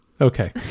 Okay